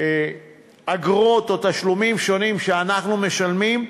מאגרות או תשלומים שונים שאנחנו משלמים,